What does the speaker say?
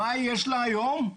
מה יש לה היום?